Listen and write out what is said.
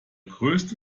größte